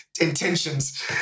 intentions